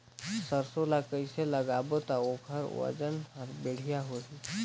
सरसो ला कइसे लगाबो ता ओकर ओजन हर बेडिया होही?